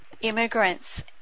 immigrants